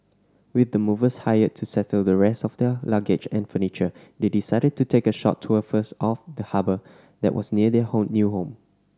with the movers hired to settle the rest of their luggage and furniture they decided to take a short tour first of the harbour that was near their new home